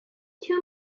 too